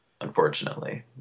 unfortunately